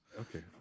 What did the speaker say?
Okay